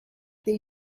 they